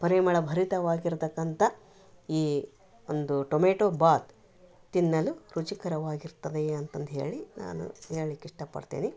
ಪರಿಮಳ ಭರಿತವಾಗಿರ್ತಕ್ಕಂಥ ಈ ಒಂದು ಟೊಮೆಟೊ ಬಾತ್ ತಿನ್ನಲು ರುಚಿಕರವಾಗಿರ್ತದೆ ಅಂತಂದು ಹೇಳಿ ನಾನು ಹೇಳಲಿಕ್ಕೆ ಇಷ್ಟಪಡ್ತೇನಿ